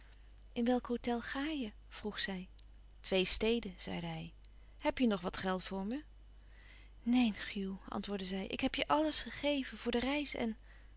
in welk hôtel ga je vroeg zij twee steden zeide hij hèb je nog wat geld voor me neen hugh antwoordde zij ik heb je alles gegeven voor de reis en